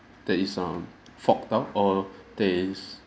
that is um forked out or that is